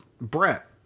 Brett